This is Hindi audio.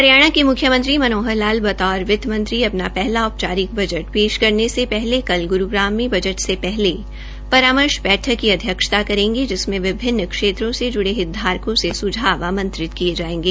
हरियाणा के मुख्यमंत्री मनोहर लाल बतौर वित्त मंत्री अपना पहला औपचारिक बजट पेश करने से पहले कल ग्रूग्राम में बजट से परामर्श बैठक की अध्यक्षता करेंगे जिसमें विभिन्न क्षेत्रों से जुड़े हितधारकों से सुझाव आमंत्रित किये जायेंगे